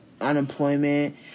unemployment